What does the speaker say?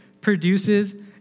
produces